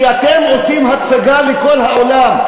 כי אתם עושים הצגה לכל העולם.